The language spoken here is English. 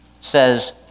says